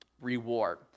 reward